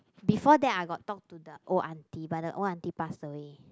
before that I got talk to the old auntie but the old auntie passed away